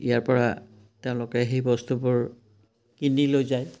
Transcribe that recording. ইয়াৰপৰা তেওঁলোকে সেই বস্তুবোৰ কিনি লৈ যায়